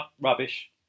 rubbish